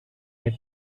met